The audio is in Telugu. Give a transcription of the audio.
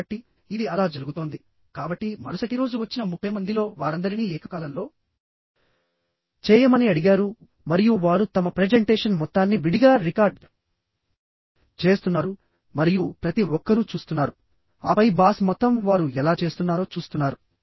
కాబట్టి ఇది అలా జరుగుతోంది కాబట్టి మరుసటి రోజు వచ్చిన 30 మందిలో వారందరినీ ఏకకాలంలో చేయమని అడిగారు మరియు వారు తమ ప్రెజెంటేషన్ మొత్తాన్ని విడిగా రికార్డ్ చేస్తున్నారు మరియు ప్రతి ఒక్కరూ చూస్తున్నారు ఆపై బాస్ మొత్తం వారు ఎలా చేస్తున్నారో చూస్తున్నారు